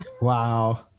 Wow